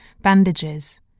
bandages